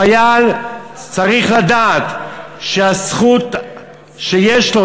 חייל צריך לדעת שהזכות שיש לו,